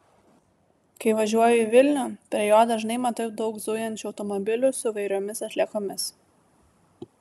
kai važiuoju į vilnių prie jo dažnai matau daug zujančių automobilių su įvairiomis atliekomis